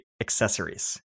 accessories